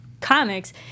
comics